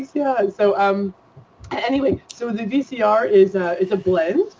yeah so um anyway, so the vcr is ah is a blend.